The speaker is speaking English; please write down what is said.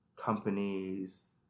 companies